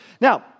Now